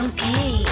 Okay